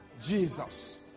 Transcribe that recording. Jesus